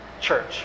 church